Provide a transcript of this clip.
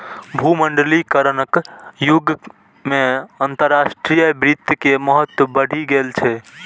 भूमंडलीकरणक युग मे अंतरराष्ट्रीय वित्त के महत्व बढ़ि गेल छै